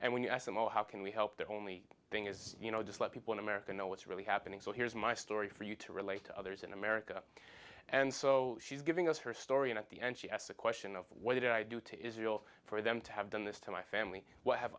and when you ask them all how can we help the only thing is you know just let people in america know what's really happening so here's my story for you to relate to others in america and so she's giving us her story and at the end she asked a question of what did i do to israel for them to have done this to my family what have